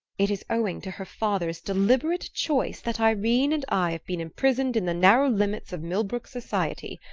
it is owing to her father's deliberate choice that ireen and i have been imprisoned in the narrow limits of millbrook society.